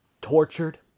tortured